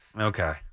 Okay